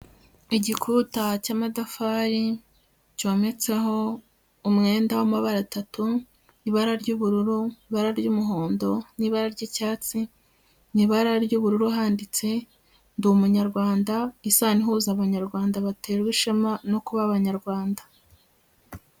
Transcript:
Igikuta cy'amatafari cyometseho umwenda w'amabara atatu, ibara ry'ubururu, ibara ry'umuhondo n'ibara ry'icyatsi, mu ibara ry'ubururu handitse ndi Umunyarwanda; isano ihuza Abanyarwanda baterwa ishema no kuba Abanyarwanda.